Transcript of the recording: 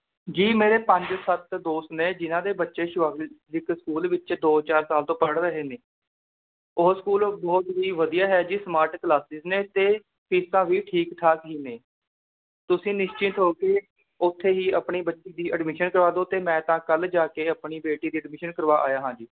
ਜੀ ਮੇਰੇ ਪੰਜ ਸੱਤ ਦੋਸਤ ਨੇ ਜਿਨ੍ਹਾਂ ਦੇ ਬੱਚੇ ਸ਼ਿਵਾਲਿਕ ਸਕੂਲ ਵਿੱਚ ਦੋ ਚਾਰ ਸਾਲ ਤੋਂ ਪੜ੍ਹ ਰਹੇ ਨੇ ਉਹ ਸਕੂਲ ਬਹੁਤ ਹੀ ਵਧੀਆ ਹੈ ਜੀ ਸਮਾਰਟ ਕਲਾਸਿਸ ਨੇ ਅਤੇ ਫੀਸਾਂ ਵੀ ਠੀਕ ਠਾਕ ਹੀ ਨੇ ਤੁਸੀਂ ਨਿਸ਼ਚਿੰਤ ਹੋ ਕੇ ਉੱਥੇ ਹੀ ਆਪਣੀ ਬੱਚੀ ਦੀ ਅਡਮਿਸ਼ਨ ਕਰਵਾ ਦਿਉ ਅਤੇ ਮੈਂ ਤਾਂ ਕੱਲ੍ਹ ਜਾ ਕੇ ਆਪਣੀ ਬੇਟੀ ਦੀ ਅਡਮਿਸ਼ਨ ਕਰਵਾ ਆਇਆ ਹਾਂ ਜੀ